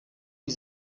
die